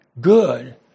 good